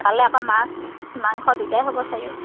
তালৈ আকৌ মাছ মাংস দুটাই হ'ব চাগৈ